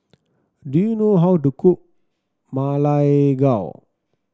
do you know how to cook Ma Lai Gao